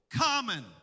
common